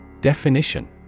Definition